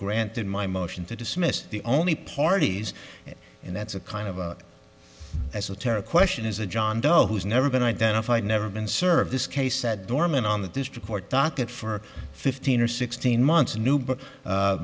granted my motion to dismiss the only parties and that's a kind of a esoteric question is a john doe who's never been identified never been served this case said dormant on the district court docket for fifteen or sixteen months